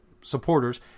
supporters